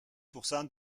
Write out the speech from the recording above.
pourcent